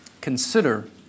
Consider